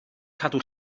cadw